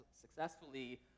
successfully